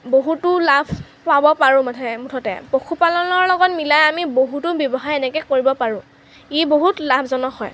বহুতো লাভ পাব পাৰোঁ মুঠতে মুঠতে পশুপালনৰ লগত মিলাই আমি বহুতো ব্যৱসায় এনেকৈ কৰিব পাৰোঁ ই বহুত লাভজনক হয়